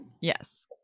Yes